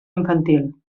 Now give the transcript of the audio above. infantil